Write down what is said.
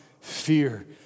fear